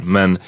Men